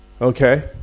Okay